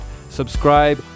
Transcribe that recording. Subscribe